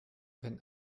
wenn